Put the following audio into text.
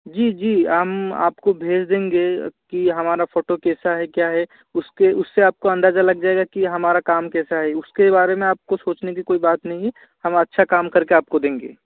जी जी हम आप को भेज देंगे कि हमारा फ़ोटो कैसा है क्या है उस के उस से आप को अंदाज़ा लग जाएगा कि हमारा काम कैसा है उस के बारे में आप को सोचने की कोई बात नहीं है हम अच्छा काम कर के आप को देंगे